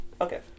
Okay